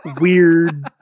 weird